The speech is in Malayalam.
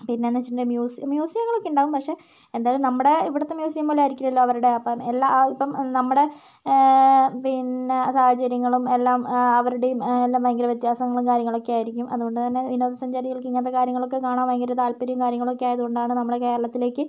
പിന്നെ എന്ന് വെച്ചിട്ടുണ്ടെങ്കിൽ ൽ മ്യൂസിയം മ്യൂസിയങ്ങൾ ഒക്കെ ഉണ്ടാകും പക്ഷെ എന്തായാലും നമ്മുടെ ഇവിടുത്തെ മ്യൂസിയം പോലെ ആയിരിക്കില്ലലോ അവരുടെ അപ്പം എല്ലാം ഇപ്പം നമ്മുടെ പിന്നെ സാഹചര്യങ്ങളും എല്ലാം അവരുടെയും എല്ലാം ഭയങ്കര വ്യത്യാസങ്ങളും കാര്യങ്ങളൊക്കെ ആയിരിക്കും അതുകൊണ്ടുത്തന്നെ വിനോദസഞ്ചാരികൾക്ക് ഇങ്ങനത്തെ കാര്യങ്ങളൊക്കെ കാണാൻ ഭയങ്കര താത്പര്യവും കാര്യങ്ങളൊക്കെയായത് കൊണ്ടാണ് നമ്മുടെ കേരളത്തിലേക്ക്